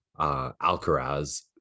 Alcaraz